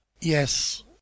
Yes